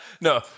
No